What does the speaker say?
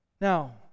Now